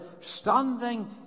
standing